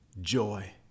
joy